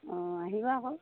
অঁ আহিবা আকৌ